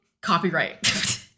Copyright